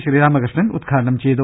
ശ്രീരാമകൃഷ്ണൻ ഉദ്ഘാടനം ചെയ്തു